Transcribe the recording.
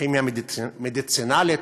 כימיה מדיצינלית,